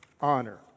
honor